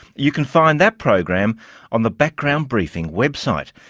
you can find that program on the background briefing website.